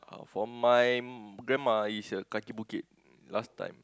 for my grandma is a Kaki-Bukit last time